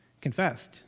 confessed